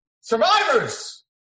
survivors